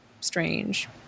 strange